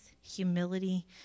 humility